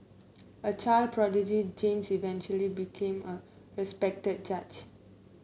a child prodigy James eventually became a respected judge